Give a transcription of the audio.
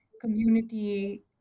community